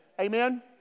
Amen